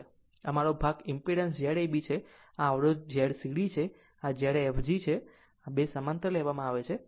આમ આ મારો આ ભાગનો ઈમ્પીડન્સ Z ab છે આ ભાગ અવરોધZ cd છે અને સમકક્ષ Zfg હશે જ્યારે આ 2 સમાંતર લેવામાં આવશે